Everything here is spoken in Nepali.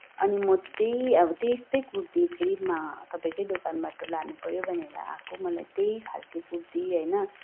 अनि म त्यही अब त्यस्तै कुर्ती फेरि म तपाईँकै दोकानबाट लानुपर्यो भनेर आएको मलाई त्यही खालको कुर्ती होइन